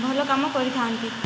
ଭଲ କାମ କରିଥାନ୍ତି